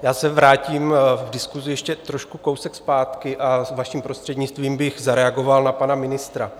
Já se vrátím v diskusi ještě kousek zpátky a vaším prostřednictvím bych zareagoval na pana ministra.